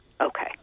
okay